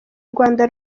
rwanda